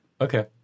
Okay